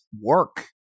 work